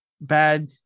bad